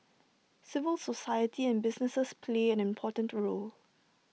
civil society and businesses play an important role